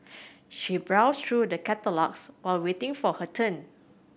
she browsed through the catalogues while waiting for her turn